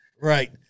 Right